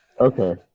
Okay